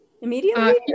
immediately